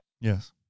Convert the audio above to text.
Yes